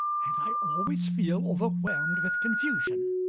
and i always feel overwhelmed with confusion.